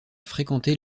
fréquenté